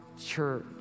Church